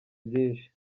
byinshi